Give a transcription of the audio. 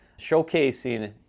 showcasing